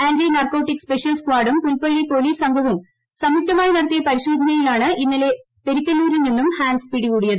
anti narcotic special സ് കാഡും Pulpally police സംഘവും സംയുക്തമായി നടത്തിയ പരിശോധനയിലാണ് ഇന്നലെ പെരിക്കല്ലൂരിൽ നിന്നും ഹാൻസ് പിടികൂടിയത്